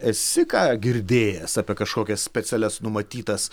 esi ką girdėjęs apie kažkokias specialias numatytas